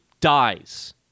dies